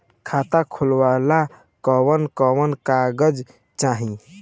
खाता खोलेला कवन कवन कागज चाहीं?